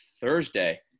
Thursday